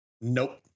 nope